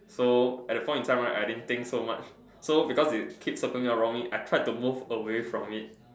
so at the point in time right I didn't think so much so because it keep circling around me I tried to move away from it